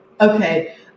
Okay